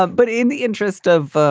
ah but in the interest of